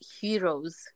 heroes